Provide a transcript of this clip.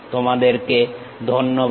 তোমাদেরকে ধন্যবাদ